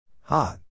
Hot